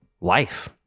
life